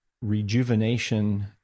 rejuvenation